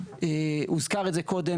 הוזכר קודם,